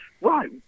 Right